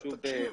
תקשיב,